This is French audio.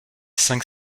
cinq